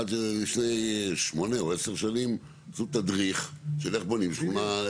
עד לפני 8-10 שנים עשו תדריך של איך בונים שכונה,